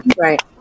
Right